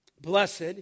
Blessed